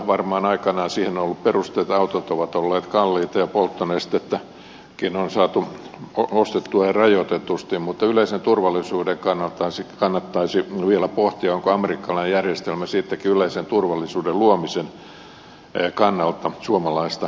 varmaan aikanaan siihen on ollut perusteita autot ovat olleet kalliita ja polttonestettäkin on saatu ostettua rajoitetusti mutta yleisen turvallisuuden kannalta kannattaisi vielä pohtia onko amerikkalainen järjestelmä sittenkin yleisen turvallisuuden luomisen kannalta suomalaista parempi